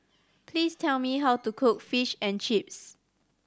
please tell me how to cook Fish and Chips